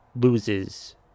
loses